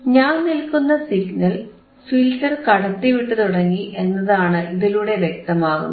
ഞാൻ നൽകുന്ന signal filter കടത്തിവിട്ടുതുടങ്ങി എന്നതാണ് ഇതിലൂടെ വ്യക്തമാകുന്നത്